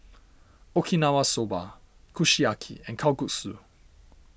Okinawa Soba Kushiyaki and Kalguksu